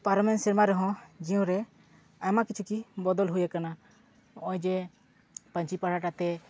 ᱯᱟᱨᱚᱢᱮᱱ ᱥᱮᱨᱢᱟ ᱨᱮᱦᱚᱸ ᱡᱤᱭᱚᱱ ᱨᱮ ᱟᱭᱢᱟ ᱠᱤᱪᱷᱩ ᱜᱮ ᱵᱚᱫᱚᱞ ᱦᱩᱭ ᱟᱠᱟᱱᱟ ᱱᱚᱜᱼᱚᱭ ᱡᱮ ᱯᱟᱹᱧᱪᱤ ᱯᱟᱲᱦᱟᱴ ᱟᱛᱮ